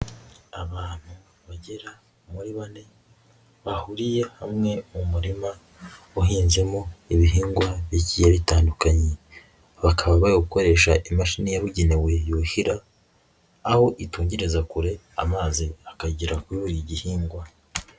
Abantu bagera muri bane, bahuriye hamwe mu murima uhinzemo ibihingwa bigiye bitandukanye, bakaba bari gukoresha imashini yabugenewe yuhira, aho itungereza kure amazi akagera kuri buri gihingwa.